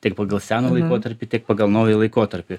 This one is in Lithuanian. tiek pagal seną tiek pagal naują laikotarpį